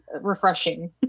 refreshing